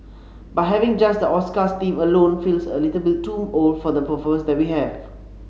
but having just the Oscars theme alone feels a little bit too old for the performers that we have